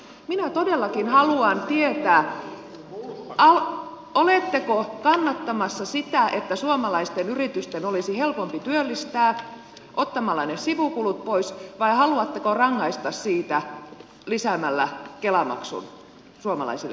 minä todellakin haluan tietää oletteko kannattamassa sitä että suomalaisten yritysten olisi helpompi työllistää ottamalla ne sivukulut pois vai haluatteko rangaista siitä lisäämällä kela maksun suomalaisille yrityksille